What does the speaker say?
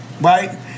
Right